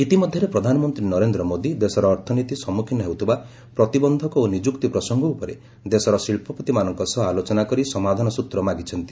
ଇତିମଧ୍ୟରେ ପ୍ରଧାନମନ୍ତ୍ରୀ ନରେନ୍ଦ୍ର ମୋଦୀ ଦେଶର ଅର୍ଥନୀତି ସମ୍ମୁଖୀନ ହେଉଥିବା ପ୍ରତିବନ୍ଧକ ଓ ନିଯୁକ୍ତି ପ୍ରସଙ୍ଗ ଉପରେ ଦେଶର ଶିଳ୍ପପତିମାନଙ୍କ ସହ ଆଲୋଚନା କରି ସମାଧାନ ସୂତ୍ର ମାଗିଛନ୍ତି